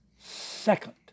second